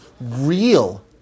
real